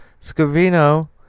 Scavino